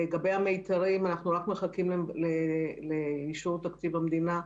לגבי המיתרים אנחנו מחכים לאישור תקציב המדינה,